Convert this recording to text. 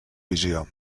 visió